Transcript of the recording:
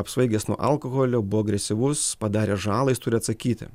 apsvaigęs nuo alkoholio buvo agresyvus padarė žalą jis turi atsakyti